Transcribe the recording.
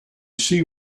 see